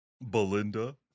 Belinda